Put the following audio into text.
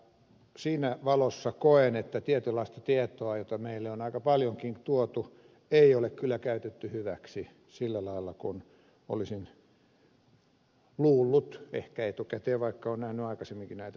siinä valossa koen että tietynlaista tietoa jota meille on aika paljonkin tuotu ei ole kyllä käytetty hyväksi sillä lailla kuin olisin luullut ehkä etukäteen vaikka olen nähnyt aikaisemminkin näitä selvityksiä